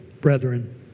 brethren